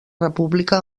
república